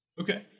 Okay